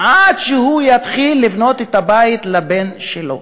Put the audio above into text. עד שהוא יתחיל לבנות את הבית לבן שלו.